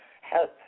help